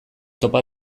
topa